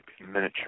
miniature